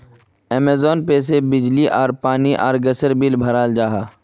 Amazon Pay से बिजली आर पानी आर गसेर बिल बहराल जाहा